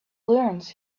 learns